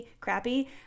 crappy